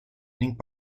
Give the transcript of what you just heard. ning